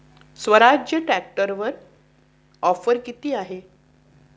स्वराज्य ट्रॅक्टरवर ऑफर किती आहे?